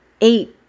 eight